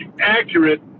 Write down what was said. accurate